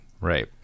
right